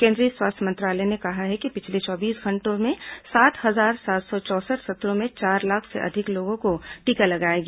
केंद्रीय स्वास्थ्य मंत्रालय ने कहा है कि पिछले चौबीस घंटों में सात हजार सात सौ चौंसठ सत्रों में चार लाख से अधिक लोगों को टीका लगाया गया